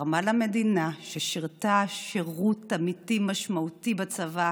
שתרמה למדינה, ששירתה שירות אמיתי, משמעותי, בצבא,